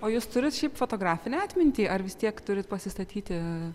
o jūs turit šiaip fotografinę atmintį ar vis tiek turit pasistatyti